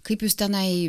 kaip jūs tenai